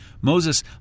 Moses